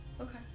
okay